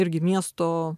irgi miesto